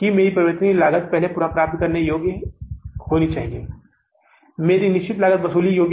तो इस तरह उधार लेना और उधार देना जारी रहता है और व्यवसाय सुचारु रूप से चलता है